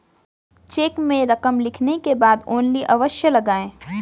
check में रकम लिखने के बाद ओन्ली अवश्य लगाएँ